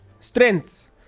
strength